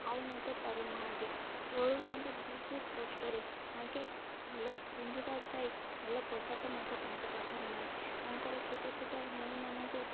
ଖାଇ ମଧ୍ୟ ପାରୁନାହାନ୍ତି ଚଳୁଛନ୍ତି ବହୁତ କଷ୍ଟରେ ତାଙ୍କେ ଭଲ ପିନ୍ଧିବା ପାଇଁ ଭଲ ପୋଷାକ ମଧ୍ୟ ତାଙ୍କ ପାଖରେ ନାହିଁ ତାଙ୍କର ଛୋଟ ଛୋଟ ଭଉଣୀମାନଙ୍କୁ